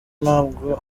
ntabwo